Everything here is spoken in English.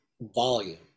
volume